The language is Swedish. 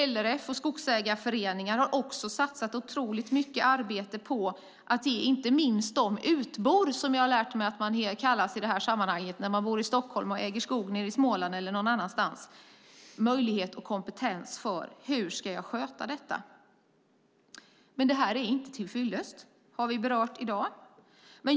LRF och skogsägarföreningar har satsat mycket arbete på att ge inte minst utbor - som jag har lärt mig att man kallas när man bor i Stockholm och äger skog i Småland eller någon annanstans - möjlighet och kompetens att sköta den. Det är inte till fyllest. Det har vi berört i dag.